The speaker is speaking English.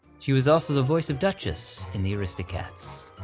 she was also the voice of duchess in the aristocats.